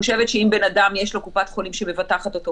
אני חושבת שאם לבן אדם יש קופת חולים שמבטחת אותו,